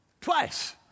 twice